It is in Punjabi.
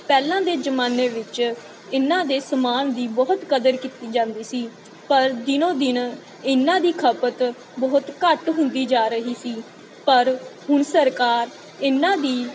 ਪਹਿਲਾਂ ਦੇ ਜ਼ਮਾਨੇ ਵਿੱਚ ਇਹਨਾਂ ਦੇ ਸਮਾਨ ਦੀ ਬਹੁਤ ਕਦਰ ਕੀਤੀ ਜਾਂਦੀ ਸੀ ਪਰ ਦਿਨੋ ਦਿਨ ਇਹਨਾਂ ਦੀ ਖਪਤ ਬਹੁਤ ਘੱਟ ਹੁੰਦੀ ਜਾ ਰਹੀ ਸੀ ਪਰ ਹੁਣ ਸਰਕਾਰ ਇਹਨਾਂ ਦੀ